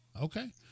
Okay